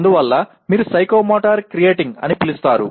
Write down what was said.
అందువల్ల మీరు psychomotor creating అని పిలుస్తారు